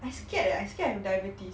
I scared leh I scared of diabetes